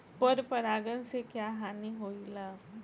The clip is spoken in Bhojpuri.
पर परागण से क्या हानि होईला?